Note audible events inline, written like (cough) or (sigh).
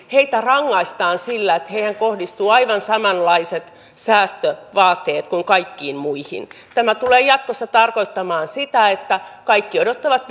rangaistaan sillä että heihin kohdistuvat aivan samanlaiset säästövaateet kuin kaikkiin muihin tämä tulee jatkossa tarkoittamaan sitä että kaikki odottavat (unintelligible)